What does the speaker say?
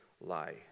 lie